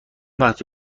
وقتی